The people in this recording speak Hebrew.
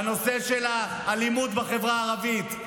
בנושא של האלימות בחברה הערבית.